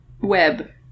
web